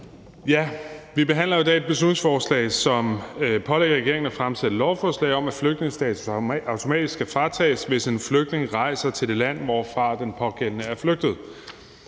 Vi behandler i dag et beslutningsforslag, som pålægger regeringen at fremsætte lovforslag om, at flygtningestatus automatisk skal fratages, hvis en flygtning rejser til det land, hvorfra den pågældende flygtet.